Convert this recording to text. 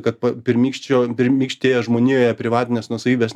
kad pirmykščio pirmykštėje žmonijoje privatinės nuosavybės